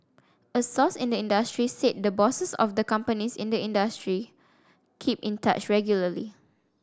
a source in the industry said the bosses of the companies in the industry keep in touch regularly